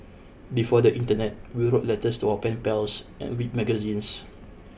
before the Internet we wrote letters to our pen pals and read magazines